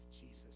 Jesus